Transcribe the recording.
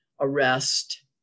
arrest